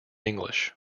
english